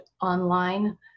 online